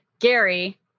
Gary